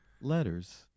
letters